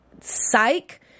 psych